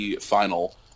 final